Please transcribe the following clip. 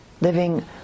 living